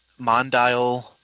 Mondial